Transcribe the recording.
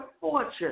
fortune